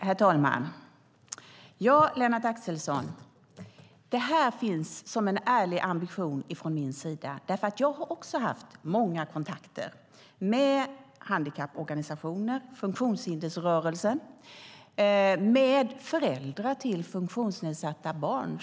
Herr talman! Det finns som en ärlig ambition från min sida, Lennart Axelsson. Jag har också haft många kontakter med handikapporganisationer, funktionshindersrörelsen och föräldrar till funktionsnedsatta barn.